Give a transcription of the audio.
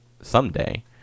someday